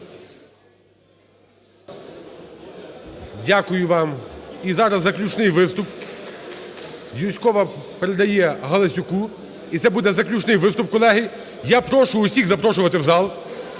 Дякую вам. І зараз заключний виступ – Юзькова передає Галасюку – і це буде заключний виступ, колеги. Я прошу всіх запрошувати в зал,